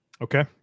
Okay